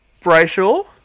Brayshaw